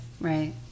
Right